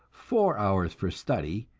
four hours for study,